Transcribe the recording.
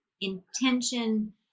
intention